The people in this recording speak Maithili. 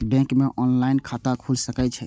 बैंक में ऑनलाईन खाता खुल सके छे?